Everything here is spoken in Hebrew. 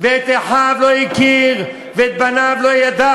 ואת אחיו לא הכיר ואת בניו לא ידע"